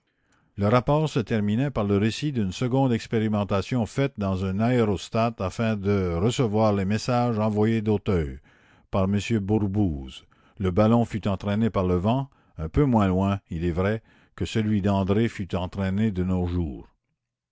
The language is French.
le rapport se terminait par le récit d'une seconde expérimentation faite dans un aérostat afin de recevoir les messages envoyés d'auteuil par m bourbouze le ballon fut entraîné par le vent un peu moins loin il est vrai que celui d'andrée fut entraîné de nos jours